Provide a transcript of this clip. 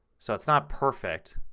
so it's not perfect